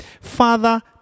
Father